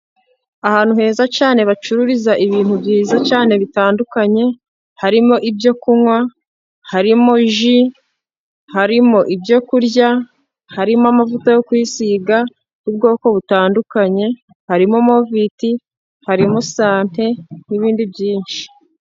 Ahantu heza cyane bacururiza ibintu byiza cyane bitandukanye, harimo ibyo kunywa, harimo ji , harimo ibyo kurya, harimo amavuta yo kwisiga y'ubwoko butandukanye, harimo moviti, harimo sante n'ibindi byinshi.